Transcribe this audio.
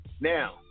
Now